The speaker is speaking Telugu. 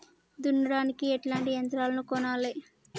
దున్నడానికి ఎట్లాంటి యంత్రాలను కొనాలే?